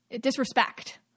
disrespect